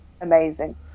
amazing